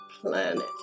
planet